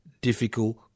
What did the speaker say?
difficult